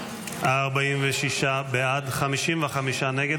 46 בעד, 55 נגד.